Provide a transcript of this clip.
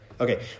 Okay